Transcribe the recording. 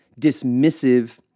dismissive